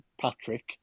Patrick